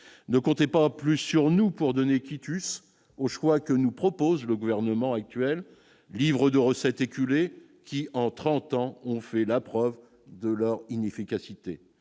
ne comptait pas plus sur nous pour donner quitus au choix que nous propose le gouvernement actuel, livre de recettes éculées qui, en 30 ans, on fait la preuve de leur inefficacité,